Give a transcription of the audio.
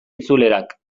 itzulerak